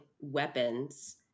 weapons